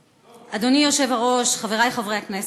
אדוני היושב-ראש, חברי חברי הכנסת,